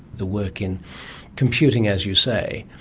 the work in computing, as you say.